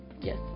Yes